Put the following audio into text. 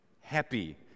happy